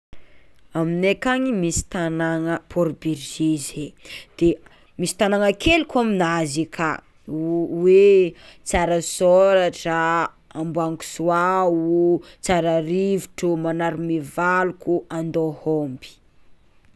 Aminay akagny misy tagnana Port Berger zay, misy tagnana kely koa aminazy aka hoe Tsarasôratra, Amboangisoa, Tsararivotro, Manarimivaloko, Andôhomby.